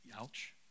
Ouch